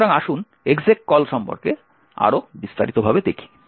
সুতরাং আসুন exec call সম্পর্কে আরও বিস্তারিতভাবে দেখি